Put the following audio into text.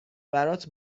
برات